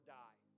die